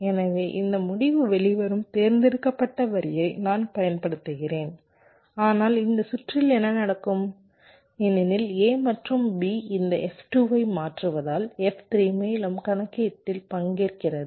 எனவே இந்த முடிவு வெளிவரும் தேர்ந்தெடுக்கப்பட்ட வரியை நான் பயன்படுத்துகிறேன் ஆனால் இந்த சுற்றில் என்ன நடக்கும் ஏனெனில் A மற்றும் B இந்த F2 ஐ மாற்றுவதால் F3 மேலும் கணக்கீட்டில் பங்கேற்கிறது